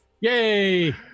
Yay